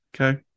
Okay